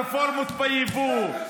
הרפורמות ביבוא,